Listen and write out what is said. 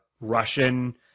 Russian